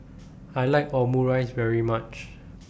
I like Omurice very much